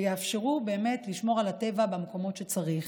ואפשר באמת לשמור על הטבע במקומות שצריך.